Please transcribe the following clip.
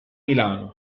milano